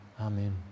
Amen